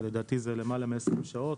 לדעתי זה למעלה מ-20 שעות,